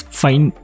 fine